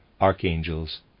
archangels